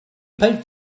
paid